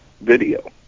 video